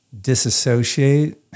disassociate